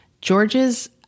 George's